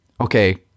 okay